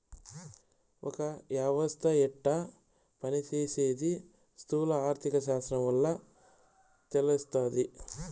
ఒక యవస్త యెట్ట పని సేసీది స్థూల ఆర్థిక శాస్త్రం వల్ల తెలస్తాది